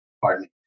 pardon